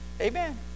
amen